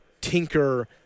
tinker